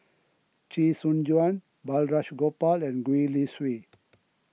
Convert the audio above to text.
Chee Soon Juan Balraj Gopal and Gwee Li Sui